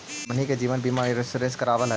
हमनहि के जिवन बिमा इंश्योरेंस करावल है?